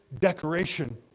decoration